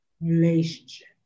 relationship